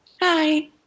Hi